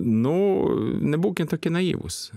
nu nebūkit tokie naivūs